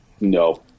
no